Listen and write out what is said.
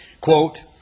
quote